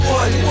one